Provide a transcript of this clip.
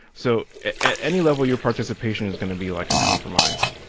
so at any level, your participation is going to be like a compromise.